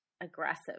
aggressive